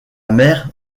mère